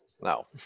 No